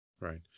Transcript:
Right